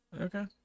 Okay